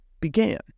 began